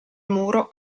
muro